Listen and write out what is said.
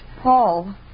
Paul